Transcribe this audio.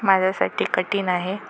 माझ्यासाठी कठीण आहे